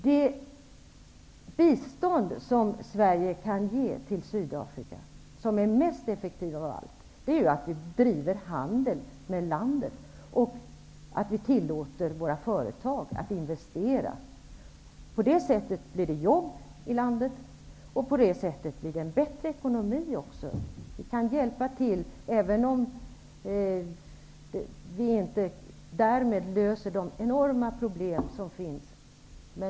Det bästa bistånd Sverige kan ge Sydafrika, och detta är det allra effektivaste, är att vi bedriver handel med landet och att vi tillåter våra företag att investera där. På det sättet skapas jobb i landet. Dessutom blir ekonomin bättre. Vi kan hjälpa till, även om vi därmed inte löser de enorma problemen.